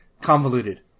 convoluted